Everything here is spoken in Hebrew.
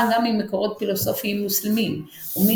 גם ממקורות פילוסופיים מוסלמיים ומן